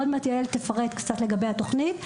ועוד מעט יעל תפרט קצת לגבי התוכנית.